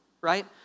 right